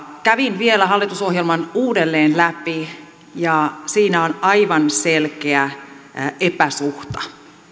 kävin vielä hallitusohjelman uudelleen läpi ja siinä on aivan selkeä epäsuhta